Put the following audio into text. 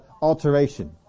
alteration